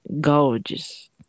gorgeous